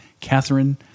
Catherine